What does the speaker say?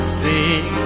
sing